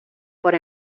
por